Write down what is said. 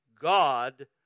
God